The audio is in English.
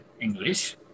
English